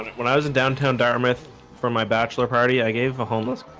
when i was in downtown dartmouth for my bachelor party, i gave a homeless